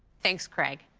thanks, craig.